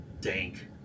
dank